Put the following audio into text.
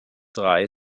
drei